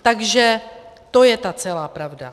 Takže to je ta celá pravda.